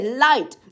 light